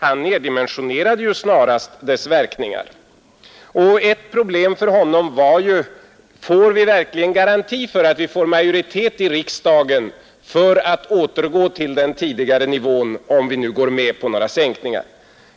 Han neddimensionerade snarast dess verkningar. Ett problem för honom var ju: Ges det verkligen någon garanti för att vi får majoritet i riksdagen för en återgång till den tidigare nivån, om vi nu går med på några sänkningar?